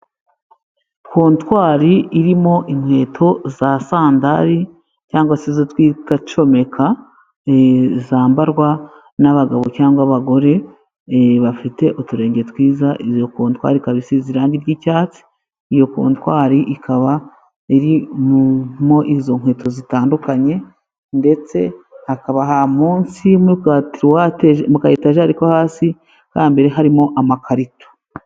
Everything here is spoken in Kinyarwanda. Kontwari irimo inkweto za sandali cyangwa se izo twita comeka, zambarwa n'abagabo cyangwa abagore bafite uturenge twiza, iyo kontwari ikaba isize irangi ry'icyatsi, iyo kontwari ikaba irimo izo nkweto zitandukanye, ndetse hakaba munsi mu ka etajeri ko hasi kambere harimo amakarito.